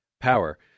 power